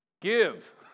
Give